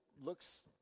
looks